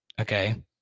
Okay